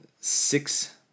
six